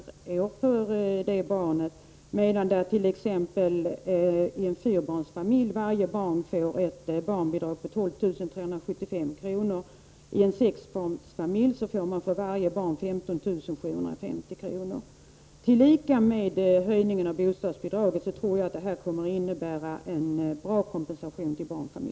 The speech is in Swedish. per barn och år i en eneller tvåbarnsfamilj, medan i en fyrabarnsfamilj varje barn får ett barnbidrag på 12 375 kr. I en sexbarnsfamilj får varje barn 15 750 kr. Tillsammans med höjningen av bostadsbidraget tror jag att detta kommer att innebära en bra kompensation för barnfamil